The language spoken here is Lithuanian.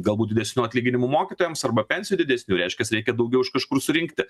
galbūt didesnių atlyginimų mokytojams arba pensijų didesnių reiškias reikia daugiau iš kažkur surinkti